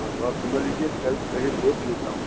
हाँ तो आप समय लीजिए सर्च करिए देख लेता हूँ